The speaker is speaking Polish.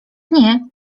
nie